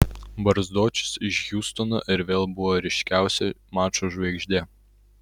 barzdočius iš hjustono ir vėl buvo ryškiausia mačo žvaigždė